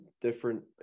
different